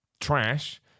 trash